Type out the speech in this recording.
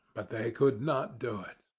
but they could not do it.